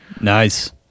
Nice